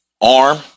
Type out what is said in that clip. arm